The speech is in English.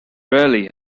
rarely